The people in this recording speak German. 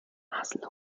hassel